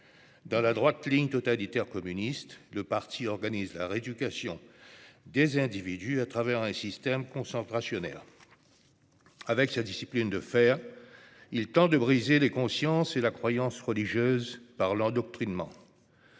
Dans la droite ligne totalitaire communiste, le parti organise la rééducation des individus à travers un système concentrationnaire. Avec sa discipline de fer, il tente de briser les consciences et la croyance religieuse par l'endoctrinement.